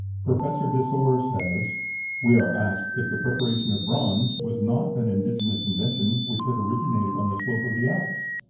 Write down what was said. professor desor says we are asked if the preparation of bronze was not an indigenous invention which had originated on the slopes of the alps.